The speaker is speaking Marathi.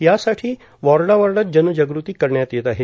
यासाठी वॉर्डावॉर्डात जनजागृती करण्यात येत आहे